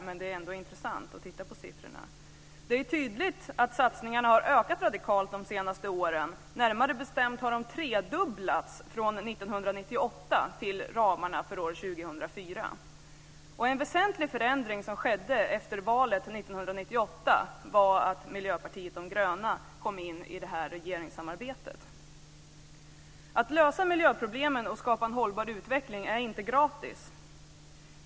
Men det är ändå intressant att titta på siffrorna. Det är tydligt att satsningarna har ökat radikalt de senaste åren. Närmare bestämt har de tredubblats från år 1998 till ramarna för år 2004. En väsentlig förändring som skedde efter valet 1998 var att Miljöpartiet de gröna kom in i regeringssamarbetet. Att lösa miljöproblemen och skapa en hållbar utveckling är inte gratis.